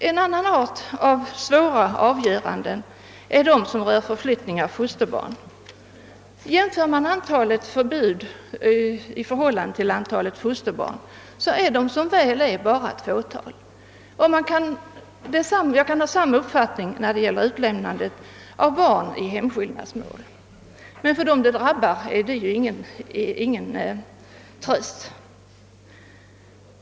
En annan art av svåra avgöranden är de som rör förflyttning av fosterbarn. Jämför man antalet förbud med antalet fosterbarn, finner man att det lyckligtvis bara är ett fåtal som drabbas därav. För dem som drabbas är ju detta ingen tröst.